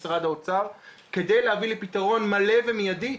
כדי להביא לפתרון מלא ומיידי.